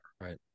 Right